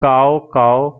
cao